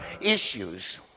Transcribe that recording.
issues